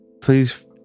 please